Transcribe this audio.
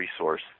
resource